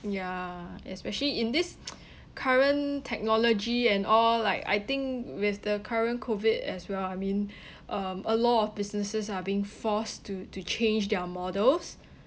ya especially in this current technology and all like I think with the current COVID as well I mean um a lot of businesses are being forced to to change their models